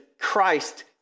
Christ